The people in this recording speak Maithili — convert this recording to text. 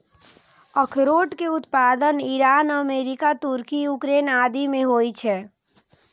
अखरोट के उत्पादन ईरान, अमेरिका, तुर्की, यूक्रेन आदि मे होइ छै